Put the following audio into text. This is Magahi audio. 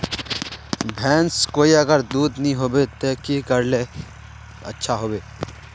भैंस कोई अगर दूध नि होबे तो की करले ले अच्छा होवे?